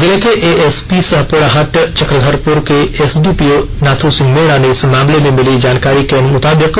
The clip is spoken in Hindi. जिले के एएसपी सह पोडाहाट चक्रधरपुर के एसडीपीओ नाथ सिंह मीणा से इस मामले में मिली जानकारी के मुताबिक